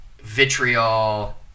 vitriol